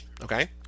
okay